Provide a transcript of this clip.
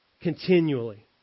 continually